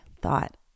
thought